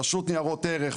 רשות לניירות ערך,